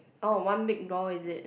oh one big door is it